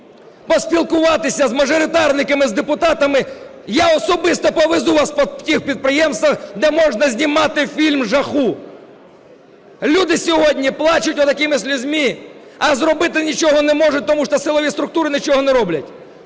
поспілкуватися з мажоритарниками, з депутатами. Я особисто повезу вас по тих підприємствах, де можна знімати фільм жаху. Люди сьогодні плачуть отакими слізьми, а зробити нічого не можуть, тому що силові структури нічого не роблять.